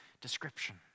description